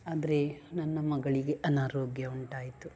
ಆದರೆ ನನ್ನ ಮಗಳಿಗೆ ಅನಾರೋಗ್ಯ ಉಂಟಾಯಿತು